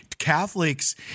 Catholics